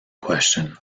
question